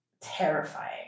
terrifying